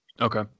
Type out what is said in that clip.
Okay